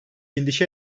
endişe